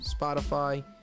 Spotify